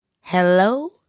Hello